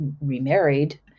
remarried